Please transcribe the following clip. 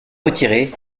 retiré